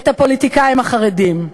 את הפוליטיקאים החרדים?